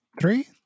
Three